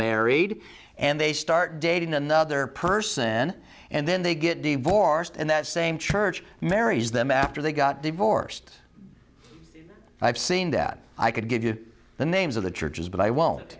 married and they start dating another person and then they get divorced and that same church marries them after they got divorced i've seen that i could give you the names of the churches but i won't